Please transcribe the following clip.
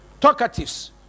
talkatives